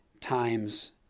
times